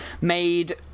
made